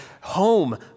home